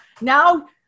now